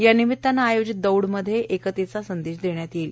यानिमित्तानं आयोजित दौडदवारे एकतेचा संदेश देण्यात येणार आहे